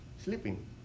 sleeping